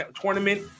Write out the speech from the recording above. tournament